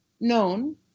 known